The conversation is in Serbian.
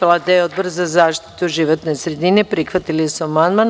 Vlada i Odbor za zaštitu životne sredine prihvatili su amandman.